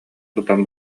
тутан